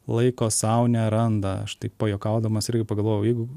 laiko sau neranda aš taip pajuokaudamas irgi pagalvojau jeigu